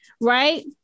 right